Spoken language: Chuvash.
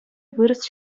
вырӑс